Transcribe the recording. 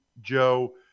Joe